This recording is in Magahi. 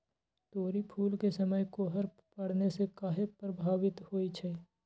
तोरी फुल के समय कोहर पड़ने से काहे पभवित होई छई?